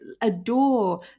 adore